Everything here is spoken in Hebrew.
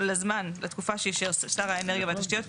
לתקופה שאישר שר האנרגיה והתשתיות,